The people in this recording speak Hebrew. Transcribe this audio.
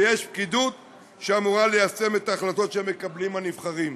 ויש פקידות שאמורה ליישם את ההחלטות שמקבלים הנבחרים.